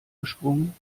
gesprungen